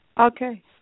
Okay